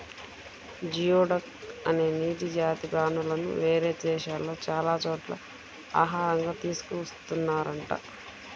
geoduck అనే నీటి జాతి ప్రాణులను వేరే దేశాల్లో చాలా చోట్ల ఆహారంగా తీసుకున్తున్నారంట